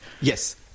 Yes